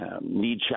Need